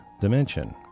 dimension